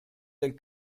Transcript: del